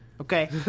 Okay